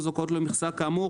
או זכאות למכסה כאמור,